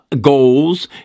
goals